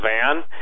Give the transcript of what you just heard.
van